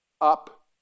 up